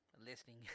listening